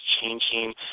changing